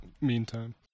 meantime